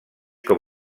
com